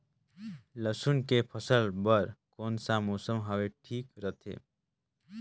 लसुन के फसल बार कोन सा मौसम हवे ठीक रथे?